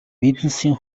бизнесийн